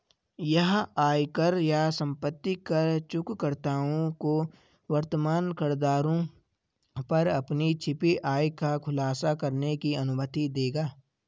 यह आयकर या संपत्ति कर चूककर्ताओं को वर्तमान करदरों पर अपनी छिपी आय का खुलासा करने की अनुमति देगा